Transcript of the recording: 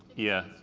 yeah,